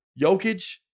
Jokic